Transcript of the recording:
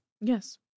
Yes